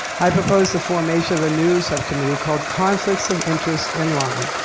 i propose the formation of a new subcommittee called conflicts of interest in lyme.